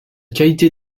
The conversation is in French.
qualité